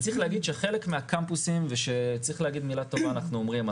כשצריך להגיד מילה טובה, אנחנו אומרים.